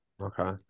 Okay